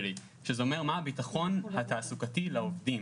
שאומר מה הביטחון התעסוקתי לעובדים,